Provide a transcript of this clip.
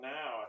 now